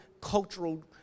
cultural